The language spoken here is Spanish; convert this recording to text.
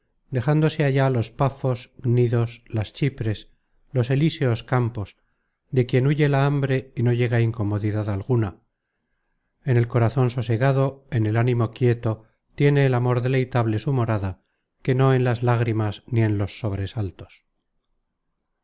dejándose allá los páfos gnidos las chipres los elíseos campos de quien huye la hambre y no llega incomodidad alguna en el corazon sosegado en el ánimo quieto tiene el amor deleitable su morada que no en las lágrimas ni en los sobresaltos